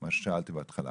מה ששאלתי בהתחלה.